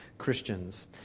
christians